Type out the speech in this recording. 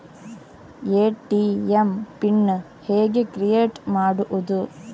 ATM pin ಹೇಗೆ create ಮಾಡುವುದು?